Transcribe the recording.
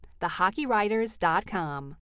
thehockeywriters.com